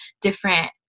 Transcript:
different